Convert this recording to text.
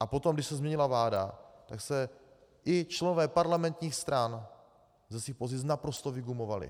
a potom, když se změnila vláda, tak se i členové parlamentních stran ze svých pozic naprosto vygumovali.